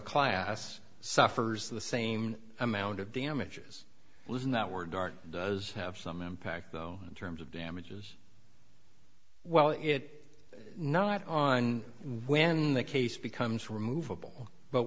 class suffers the same amount of damages listen that were dark does have some impact though in terms of damages well it not on when the case becomes removable but